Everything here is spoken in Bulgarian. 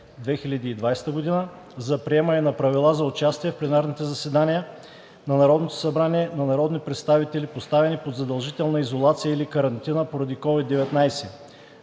2020 г. за приемане на Правила за участие в пленарните заседания на Народното събрание на народни представители, поставени под задължителна изолация или карантина поради СOVID-19